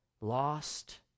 lost